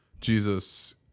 Jesus